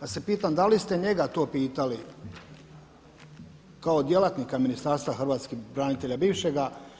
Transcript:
pa se pitam da li ste njega to pitali kao djelatnika Ministarstva hrvatskih branitelja bivšega.